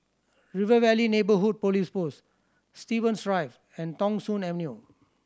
River Valley Neighbourhood Police Post Stevens Drive and Thong Soon Avenue